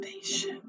station